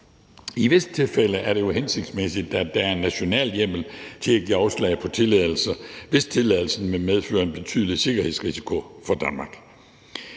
I visse tilfælde er det jo hensigtsmæssigt, at der er nationalhjemmel til at give afslag på tilladelser, hvis tilladelsen vil medføre en betydelig sikkerhedsrisiko for Danmark.